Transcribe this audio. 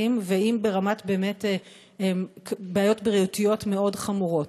ואם ברמת בעיות בריאותיות מאוד חמורות.